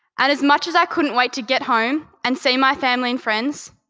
and as much as i couldn't wait to get home and see my family and friends,